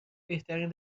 بهترین